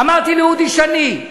אמרתי לאודי שני: